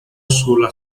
sulla